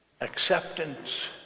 acceptance